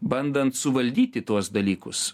bandant suvaldyti tuos dalykus